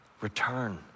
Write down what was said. return